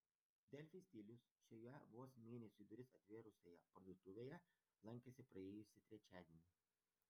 delfi stilius šioje vos mėnesiui duris atvėrusioje parduotuvėje lankėsi praėjusį trečiadienį